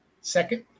second